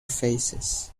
phases